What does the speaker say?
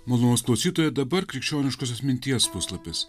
dabar krikščioniškosios minties puslapis